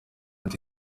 ati